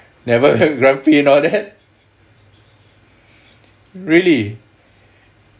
never heard grumpy and all that really